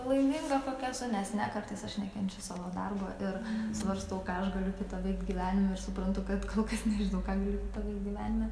laiminga kokia esu nes ne kartais aš nekenčiu savo darbo ir svarstau kąaš galiu tada gyvenime ir suprantu kad kol kas nežinau ką galiu padaryt gyvenime